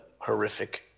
Horrific